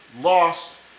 lost